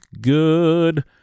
good